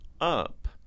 up